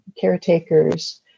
caretakers